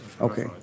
Okay